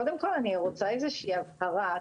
קודם כל אני רוצה להבהיר הבהרה.